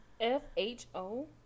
F-H-O